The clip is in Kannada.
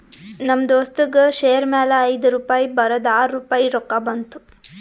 ನಮ್ ದೋಸ್ತಗ್ ಶೇರ್ ಮ್ಯಾಲ ಐಯ್ದು ರುಪಾಯಿ ಬರದ್ ಆರ್ ರುಪಾಯಿ ರೊಕ್ಕಾ ಬಂತು